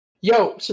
Yo